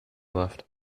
left